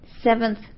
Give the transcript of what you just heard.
seventh